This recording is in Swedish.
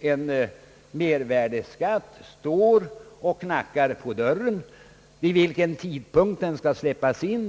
en mervärdeskatt står och knackar på dörren, får utvecklingen visa vid vilken tidpunkt den skall sättas in.